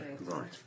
Right